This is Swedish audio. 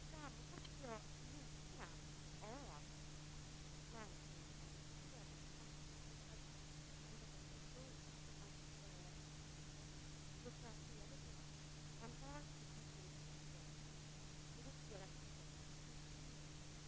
Fru talman! Efter att ha lyssnat på Yvonne Ruwaida är jag än mer övertygad om att propositionen är korrekt.